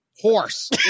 horse